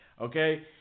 okay